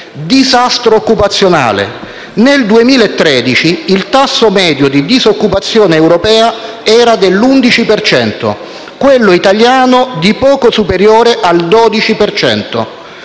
disastro occupazionale, nel 2013 il tasso medio di disoccupazione europeo era dell'11 per cento e quello italiano di poco superiore al 12;